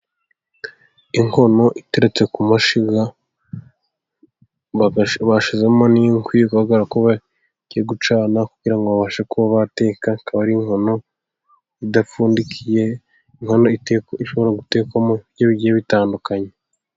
Inkono iteretse ku mashiga bashizemo n'inkwi. Bigaragara ko bagiye gucana kugirango ngo babashe kuba bateka. Akaba ari inkono idapfundikiye. Knkono iteka ishobora gutekwamo ibiryo bigiye bitandukanye.